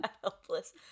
helpless